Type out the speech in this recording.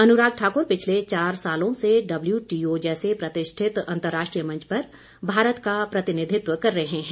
अनुराग ठाकुर पिछले चार सालों से डब्ल्यूटीओ जैसे प्रतिष्ठित अंतर्राष्ट्रीय मंच पर भारत का प्रतिनिधित्व कर रहे हैं